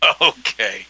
Okay